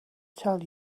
tell